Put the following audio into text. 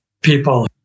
people